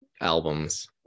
albums